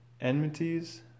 enmities